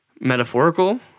metaphorical